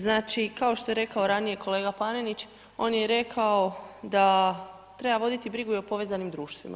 Znači kao što je rekao ranije kolega Panenić, on je rekao, da treba voditi brigu i o povezanim društvima.